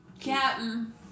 captain